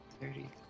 thirty